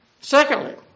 Secondly